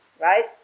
Right